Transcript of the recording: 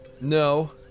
No